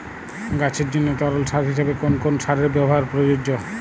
গাছের জন্য তরল সার হিসেবে কোন কোন সারের ব্যাবহার প্রযোজ্য?